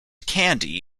candy